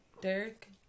Derek